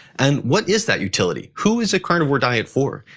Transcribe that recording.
and what is that utility? who is a carnivore diet for?